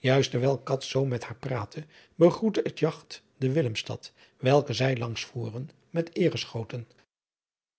terwijl cats zoo met haar praatte begroette het jagt de willemstad welke zij langs voeren met eereschoten